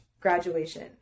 graduation